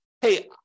hey